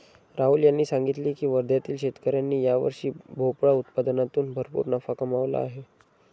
राहुल यांनी सांगितले की वर्ध्यातील शेतकऱ्यांनी यावर्षी भोपळा उत्पादनातून भरपूर नफा कमावला आहे